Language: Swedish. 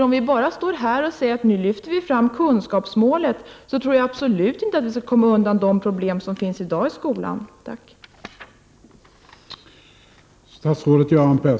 Om vi bara står här och säger att nu lyfter vi fram kunskapsmålet, tror jag absolut inte att vi kommer undan alla de problem som finns i skolan i dag.